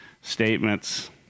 statements